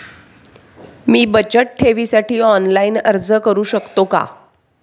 मी बचत ठेवीसाठी ऑनलाइन अर्ज करू शकतो का?